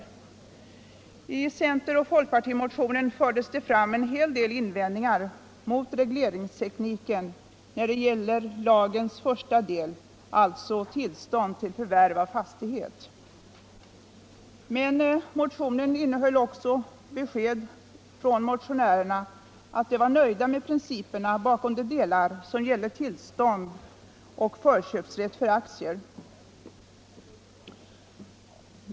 I center-folkpar — hyresfastighet, timotionen fördes det fram en hel del invändningar mot regleringstek = m.m. niken när det gällde lagens första del, om tillstånd till förvärv av fastighet. Men motionen innehöll också beskedet att motionärerna var nöjda med principerna bakom de delar som gällde tillstånd och förköpsrätt för aktier.